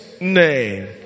name